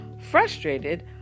Frustrated